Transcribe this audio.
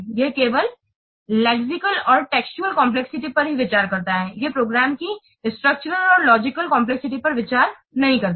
यह केवल लेक्सिकल और टेक्सटुअल कम्प्लेक्सिटी पर ही विचार करता है यह प्रोग्राम की स्ट्रक्चरल या लॉजिकल कम्प्लेक्सिटी पर विचार नहीं करता है